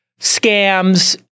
scams